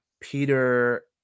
peter